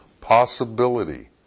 possibility